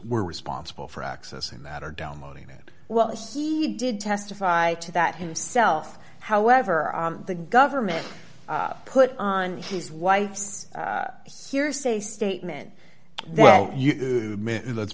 were responsible for accessing that are downloading it well he did testify to that himself however the government put on his wife's hearsay statement that well let's